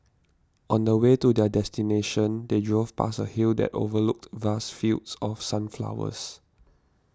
on the way to their destination they drove past a hill that overlooked vast fields of sunflowers